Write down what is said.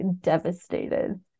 devastated